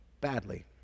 Badly